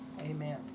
Amen